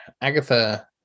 Agatha